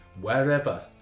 wherever